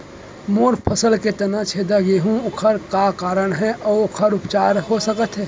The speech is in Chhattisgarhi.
मोर फसल के तना छेदा गेहे ओखर का कारण हे अऊ ओखर उपचार का हो सकत हे?